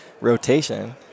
rotation